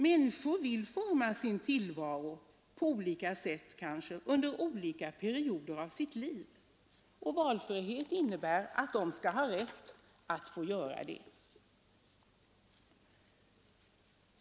Människor vill forma sin tillvaro på olika sätt under olika perioder av sitt liv, och valfrihet innebär att de skall ha rätt att göra detta.